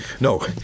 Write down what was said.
No